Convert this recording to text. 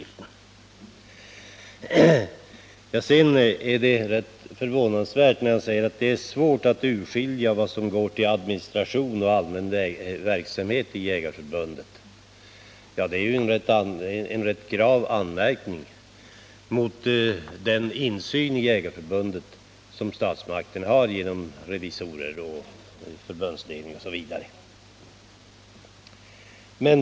Det är förvånansvärt att höra Sven Lindberg säga att det är svårt att urskilja vad som går till administration resp. allmän verksamhet i Svenska jägareförbundet. Det är en rätt grav anmärkning mot den insyn i Svenska jägareförbundet som statsmakterna har genom revisorer, förbundsledning m.m.